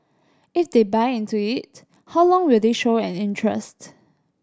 if they buy into it how long will they show an interest